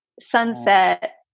Sunset